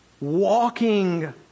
walking